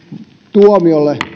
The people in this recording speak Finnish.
tuomiolle